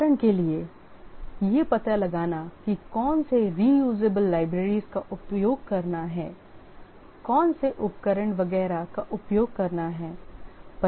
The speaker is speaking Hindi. उदाहरण के लिए यह पता लगाना कि कौन से reusable libraries का उपयोग करना है कौन से उपकरण वगैरह का उपयोग करना है